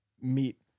meet